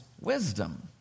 wisdom